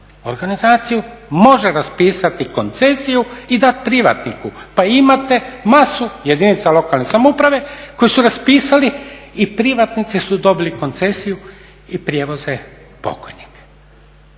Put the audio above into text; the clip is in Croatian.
organizaciju, može raspisati koncesiju i dati privatniku. Pa imate masu jedinica lokalnih samouprava koje su raspisali i privatnici su dobili koncesiju i prijevoze pokojnike.